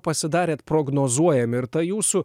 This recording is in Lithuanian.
pasidarėt prognozuojami ir ta jūsų